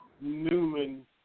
Newman